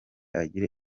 agire